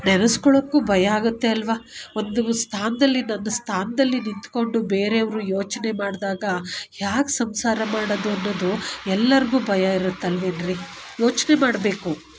ನೆನ್ಸಿಕೊಳ್ಳಕ್ಕೂ ಭಯ ಆಗುತ್ತೆ ಅಲ್ವ ಒಂದು ಸ್ಥಾನದಲ್ಲಿ ನನ್ನ ಸ್ಥಾನದಲ್ಲಿ ನಿಂತುಕೊಂಡು ಬೇರೆಯವ್ರ ಯೋಚನೆ ಮಾಡಿದಾಗ ಹ್ಯಾಗೆ ಸಂಸಾರ ಮಾಡೋದು ಅನ್ನೋದು ಎಲ್ಲಾರಿಗೂ ಭಯ ಇರುತ್ತೆ ಅಲ್ವೇನ್ರಿ ಯೋಚನೆ ಮಾಡಬೇಕು